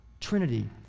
Trinity